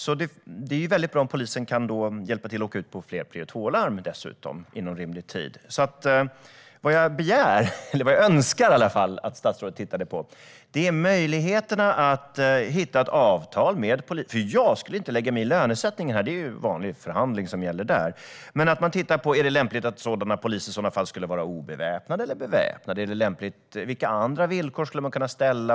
Då kunde det vara bra om polisen kan hjälpa till genom att åka ut på fler prio 2-larm, dessutom inom rimlig tid. Jag skulle inte lägga mig i lönesättningen. Det är vanlig förhandling som gäller där. Men jag skulle önska att statsrådet tittar på ett avtal, på om det är lämpligt att sådana poliser skulle vara obeväpnade eller beväpnade och på vilka andra villkor och krav man skulle kunna ställa.